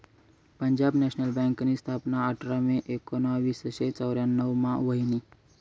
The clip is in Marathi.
पंजाब नॅशनल बँकनी स्थापना आठरा मे एकोनावीसशे चौर्यान्नव मा व्हयनी